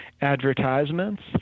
advertisements